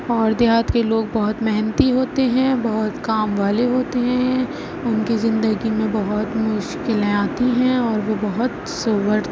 اور دیہات کے لوگ بہت محنتی ہوتے ہیں بہت کام والے ہوتے ہیں ان کی زندگی میں بہت مشکلیں آتی ہیں اور وہ بہت سوبر